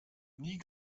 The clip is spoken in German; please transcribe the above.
nie